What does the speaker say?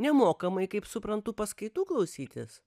nemokamai kaip suprantu paskaitų klausytis